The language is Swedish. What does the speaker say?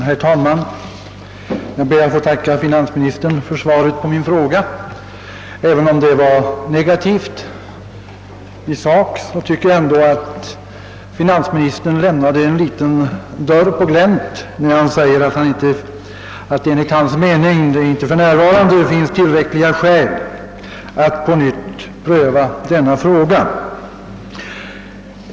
Herr talman! Jag ber att få tacka finansministern för svaret på min fråga. Även om det är negativt i sak tycker jag att finansministern lämnar en dörr på glänt, när han säger att det enligt hans mening inte för närvarande finns tillräckliga skäl att på nytt pröva denna sak.